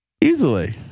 easily